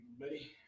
buddy